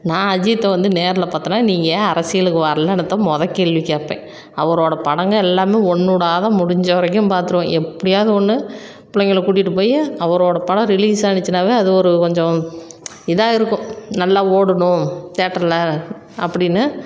நான் அஜித்தை வந்து நேரில் பார்த்தேன்னா நீ ஏன் அரசியலுக்கு வரலைன்னுத்தான் மொதல் கேள்வி கேட்பேன் அவரோடய படங்கள் எல்லாமே ஒன்றுடாத முடிஞ்ச வரைக்கும் பார்த்துருவேன் எப்படியாவது ஒன்று பிள்ளைங்கள கூட்டிகிட்டு போய் அவரோடய படம் ரிலீஸ் ஆகிச்சுன்னாவே அது ஒரு கொஞ்சம் இதாக இருக்கும் நல்லா ஓடணும் தேட்டரில் அப்படின்னு